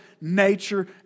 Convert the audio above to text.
nature